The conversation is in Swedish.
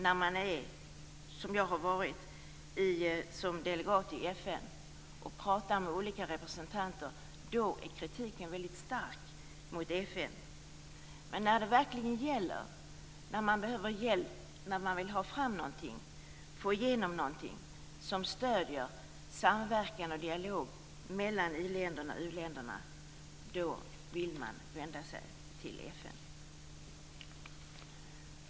När man som jag har varit delegat i FN och pratat med olika representanter märker man att kritiken mot FN är väldigt stark. Men det är positivt att se att när det verkligen gäller, och när man vill ha hjälp att få igenom någonting som stöder samverkan och dialog mellan i-länder och u-länder - då vill man vända sig till FN.